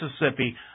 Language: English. Mississippi